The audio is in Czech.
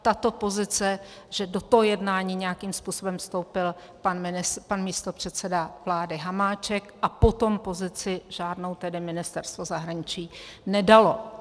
Tato pozice, že do toho jednání nějakým způsobem vstoupil pan místopředseda vlády Hamáček, a potom pozici žádnou Ministerstvo zahraničí nedalo.